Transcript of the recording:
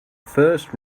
first